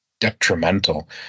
detrimental